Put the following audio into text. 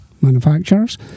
manufacturers